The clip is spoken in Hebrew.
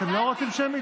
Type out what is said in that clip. אתם לא רוצים שמית?